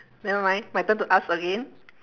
nevermind my turn to ask again